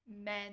Men